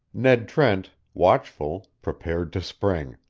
ned trent, watchful, prepared to spring.